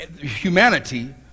humanity